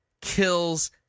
kills